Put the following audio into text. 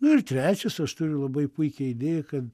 na ir trečias aš turiu labai puikią idėją kad